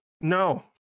no